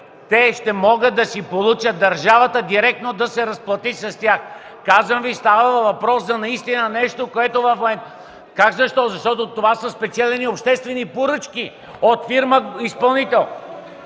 те ще могат да си получат парите, държавата директно да се разплати с тях. Казвам Ви, че става въпрос за наистина нещо, което...(Реплики от ГЕРБ.) Как защо? Защото това са спечелени обществени поръчки от фирма-изпълнител.